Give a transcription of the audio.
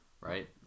right